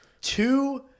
two